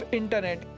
internet